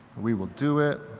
we will do it.